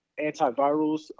antivirals